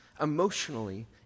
emotionally